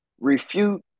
refute